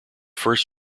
first